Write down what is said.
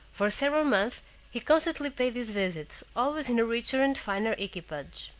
for several months he constantly paid his visits, always in a richer and finer equipage.